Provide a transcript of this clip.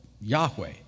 Yahweh